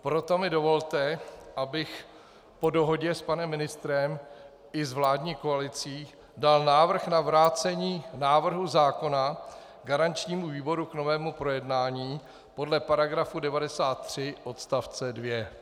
Proto mi dovolte, abych po dohodě s panem ministrem i s vládní koalicí dal návrh na vrácení návrhu zákona garančnímu výboru k novému projednání podle § 93 odst. 2.